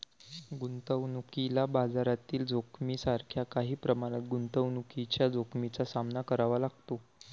गुंतवणुकीला बाजारातील जोखमीसारख्या काही प्रमाणात गुंतवणुकीच्या जोखमीचा सामना करावा लागतो